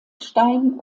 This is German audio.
stein